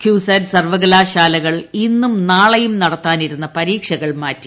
കുസാറ്റ് സർവകലാശാലകൾ ഇന്നും നാളെയും നടത്താനിരുന്ന പരീക്ഷകൾ മാറ്റി